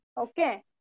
Okay